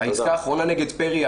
העסקה האחרונה נגד פרי,